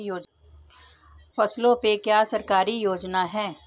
फसलों पे क्या सरकारी योजना है?